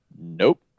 Nope